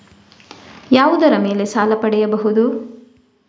ಯಾವುದರ ಮೇಲೆ ಸಾಲ ಪಡೆಯಬಹುದು?